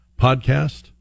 podcast